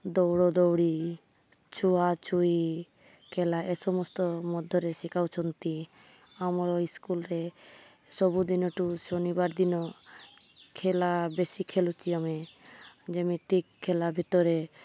ଦୌଡ଼ ଦୌଡ଼ି ଛୁଆଁ ଛୁଇଁ ଖେଳ ଏ ସମସ୍ତ ମଧ୍ୟରେ ଶିଖାଉଛନ୍ତି ଆମର ସ୍କୁଲରେ ସବୁଦିନଠୁ ଶନିବାର ଦିନ ଖେଳ ବେଶୀ ଖେଳୁଛି ଆମେ ଯେମିତିିକି ଖେଳ ଭିତରେ